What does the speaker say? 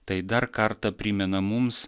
tai dar kartą primena mums